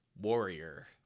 Warrior